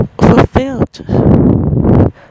fulfilled